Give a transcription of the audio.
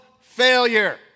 failure